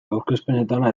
aurkezpenetara